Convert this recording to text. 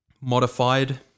modified